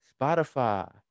Spotify